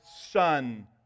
Son